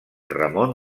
ramon